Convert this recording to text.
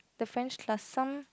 the French plus some